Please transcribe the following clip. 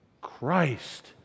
Christ